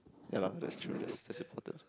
ya lah that's true that's that's important